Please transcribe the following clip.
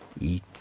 Eat